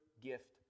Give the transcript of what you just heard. gift